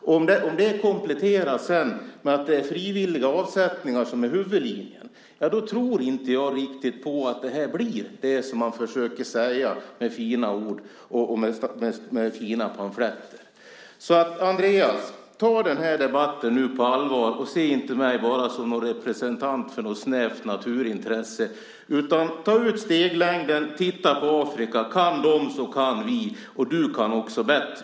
Om det sedan kompletteras med att det är frivilliga avsättningar som är huvudlinjen tror inte jag riktigt på att det här blir det man försöker säga med fina ord och med fina pamfletter. Andreas! Ta den här debatten på allvar nu och se inte mig bara som en representant för något snävt naturintresse. Ta ut steglängden, titta på Afrika! Kan de så kan vi, och du kan också bättre.